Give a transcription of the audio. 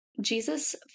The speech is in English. Jesus